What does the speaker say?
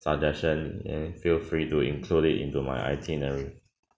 suggestion eh feel free to include it into my itinerary